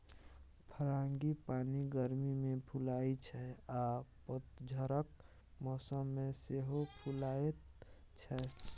frangipani गर्मी मे फुलाइ छै आ पतझरक मौसम मे सेहो फुलाएत छै